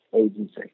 agency